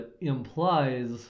implies